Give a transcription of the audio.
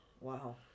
Wow